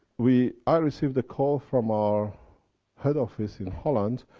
we. i received a call from our head office in holland,